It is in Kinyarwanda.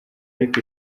ariko